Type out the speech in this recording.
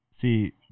See